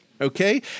okay